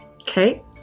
Okay